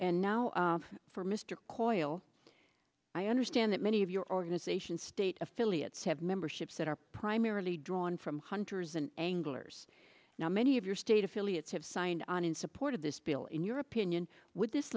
and now for mr coyle i understand that many of your organization state affiliates have memberships that are primarily drawn from hunters and anglers now many of your state affiliates have signed on in support of this bill in your opinion would this